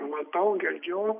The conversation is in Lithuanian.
matau girdžiu